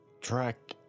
Track